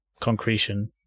concretion